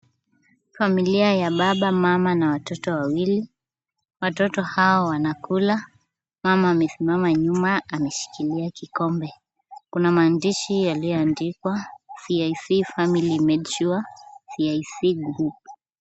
Familia ya baba, mama na watoto wawili. Watoto hawa wanakula, mama amesimama nyuma ameshikilia kikombe. kuna maandishi yaliyoandikwa, CIC Family Made Sure, CIC Group.